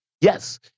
Yes